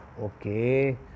Okay